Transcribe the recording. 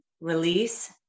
release